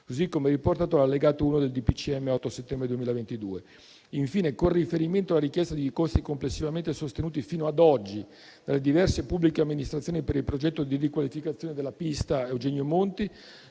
del Consiglio dei ministri dell'8 settembre 2022. Infine, con riferimento alla richiesta di costi complessivamente sostenuti fino ad oggi da diverse pubbliche amministrazioni per il progetto di riqualificazione della pista Eugenio Monti,